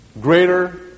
greater